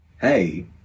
hey